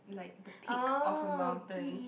like the peak of a mountain